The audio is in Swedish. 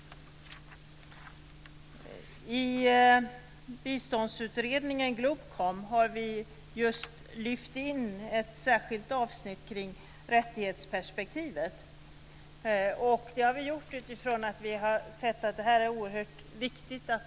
I biståndsutredningen Globkom har vi just lyft in ett särskilt avsnitt om rättighetsperspektivet. Det har vi gjort utifrån att vi har sett att detta är oerhört viktigt.